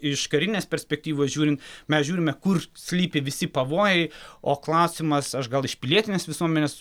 iš karinės perspektyvos žiūrin mes žiūrime kur slypi visi pavojai o klausimas aš gal iš pilietinės visuomenės